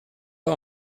pas